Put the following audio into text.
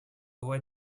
hohe